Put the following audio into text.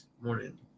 Morning